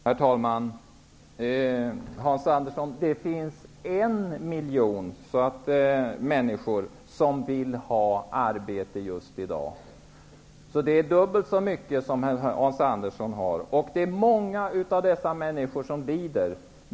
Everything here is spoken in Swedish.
Herr talman! Det finns en miljon människor som vill ha arbete just i dag, Hans Andersson. Det är dubbelt så många som Hans Andersson nämner. Det är många av dessa människor som lider.